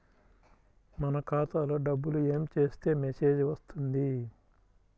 మన ఖాతాలో డబ్బులు ఏమి చేస్తే మెసేజ్ వస్తుంది?